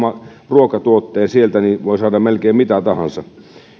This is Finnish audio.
ruokatuotteen saada itselleen melkein mitä tahansa